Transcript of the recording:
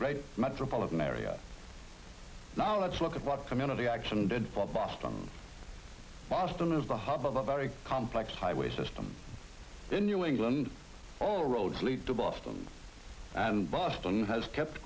great metropolitan area now let's look at what community action did for boston boston as the hub of the very complex highway system in new england all roads lead to boston and boston has kept